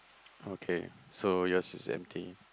okay so yours is empty